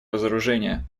разоружения